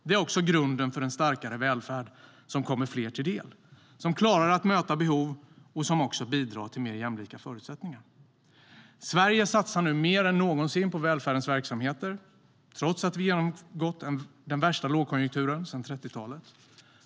Det är också grunden för en starkare välfärd som kommer fler till del, som klarar att möta behov och som bidrar till mer jämlika förutsättningar. Sverige satsar mer än någonsin på välfärdens verksamheter, trots att vi genomgått den värsta lågkonjunkturen sedan 30-talet.